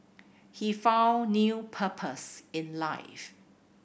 he found new purpose in life